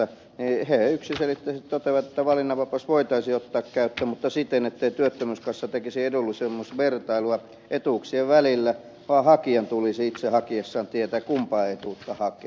he yksiselitteisesti toteavat että valinnanvapaus voitaisiin ottaa käyttöön mutta sitten ettei työttömyyskassa tekisi edullisemmuusvertailua etuuksien välillä vaan hakijan tulisi itse hakiessaan tietää kumpaa etuutta hakee